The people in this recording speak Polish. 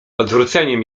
odwróceniem